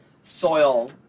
soil